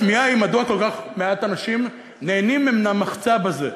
התמיהה היא מדוע כל כך מעט אנשים נהנים מהמחצב הזה,